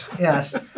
yes